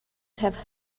have